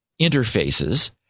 interfaces